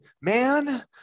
man